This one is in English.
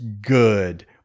Good